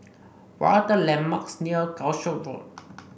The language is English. what are the landmarks near Calshot Road